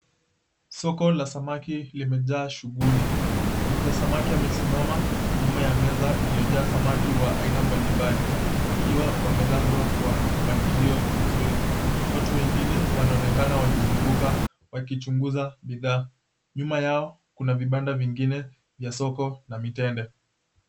Soko la samaki limejaa shughuli. Muuza samaki amesimama nyuma ya meza iliyojaa samaki wa aina mbalimbali, wakiwa wamelazwa kwa mpangilio mzuri. Watu wengine wanaonekana wakizunguka wakichunguza bidhaa. Nyuma yao kuna vibanda vingine vya soko na mitende.